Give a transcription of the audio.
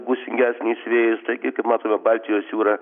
gūsingesnis vėjas taigi kaip matome baltijos jūra